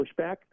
pushback